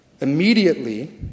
Immediately